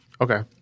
Okay